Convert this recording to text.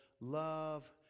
love